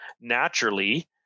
naturally